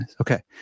Okay